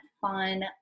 fun